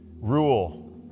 Rule